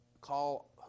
call